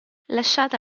lasciata